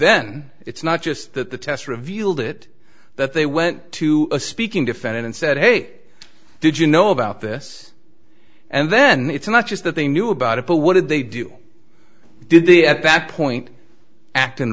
then it's not just that the test revealed it that they went to a speaking defendant and said hey did you know about this and then it's not just that they knew about it but what did they do did the back point act